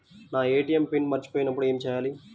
నా ATM PIN మర్చిపోయినప్పుడు ఏమి చేయాలి?